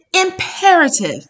imperative